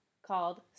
called